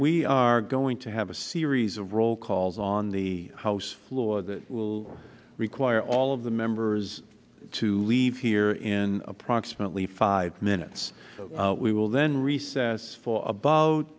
we are going to have a series of roll calls on the house floor that will require all of the members to leave here in approximately five minutes we will then recess for about